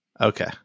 Okay